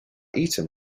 eaten